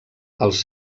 els